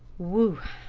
whew!